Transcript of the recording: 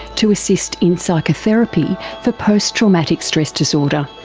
to assist in psychotherapy for post traumatic stress disorder.